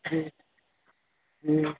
जी जी